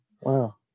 Wow